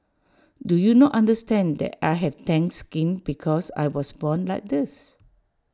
do you not understand that I have tanned skin because I was born like this